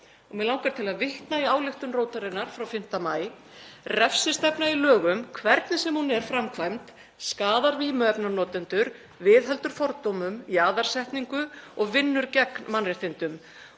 Mig langar til að vitna í ályktun Rótarinnar frá 5. maí: „Refsistefna í lögum, hvernig sem hún er framkvæmd, skaðar vímuefnanotendur, viðheldur fordómum, jaðarsetningu og vinnur gegn mannréttindum.